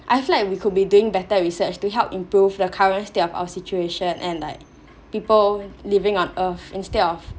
I feel like we could be doing better research to help improve the current state of our situation and like people living on earth instead of